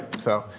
so,